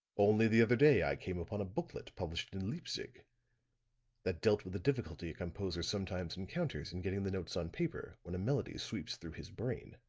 only the other day i came upon a booklet published in leipzig that dealt with the difficulty a composer sometimes encounters in getting the notes on paper when a melody sweeps through his brain.